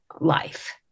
life